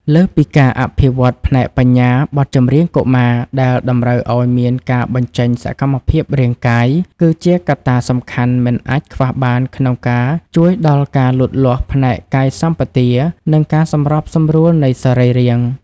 លើសពីការអភិវឌ្ឍផ្នែកបញ្ញា បទចម្រៀងកុមារដែលតម្រូវឱ្យមានការបញ្ចេញសកម្មភាពរាងកាយ គឺជាកត្តាសំខាន់មិនអាចខ្វះបានក្នុងការជួយដល់ការលូតលាស់ផ្នែកកាយសម្បទា និងការសម្របសម្រួលនៃសរីរាង្គ។